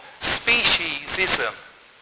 speciesism